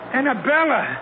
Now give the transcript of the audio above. Annabella